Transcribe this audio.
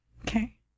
Okay